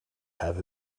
have